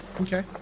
Okay